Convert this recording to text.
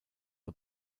the